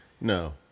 No